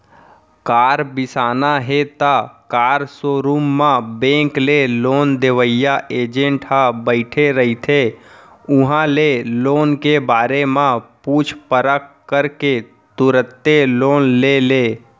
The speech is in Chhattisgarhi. कार बिसाना हे त कार सोरूम म बेंक ले लोन देवइया एजेंट ह बइठे रहिथे उहां ले लोन के बारे म पूछ परख करके तुरते लोन ले ले